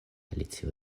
alicio